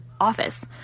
office